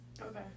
Okay